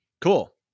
Cool